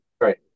Right